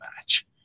match